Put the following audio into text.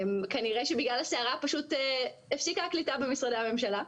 כנראה שבגלל הסערה פשוט הפסיקה הקליטה במשרדי הממשלה,